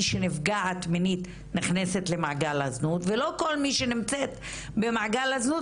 שנפגעת מינית נכנסת למעגל הזנות ולא כל מי שנמצאת במעגל הזנות,